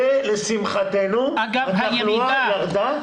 ולשמחתנו התחלואה ירדה,